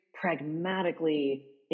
pragmatically